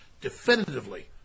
definitively